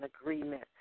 agreement